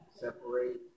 separate